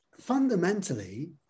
fundamentally